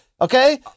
okay